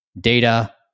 data